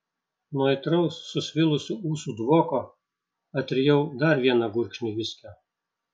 nuo aitraus susvilusių ūsų dvoko atrijau dar vieną gurkšnį viskio